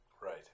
Right